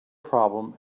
problem